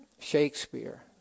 Shakespeare